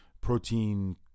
protein